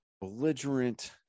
belligerent